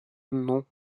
non